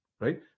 right